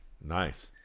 Nice